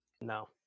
No